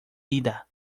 vida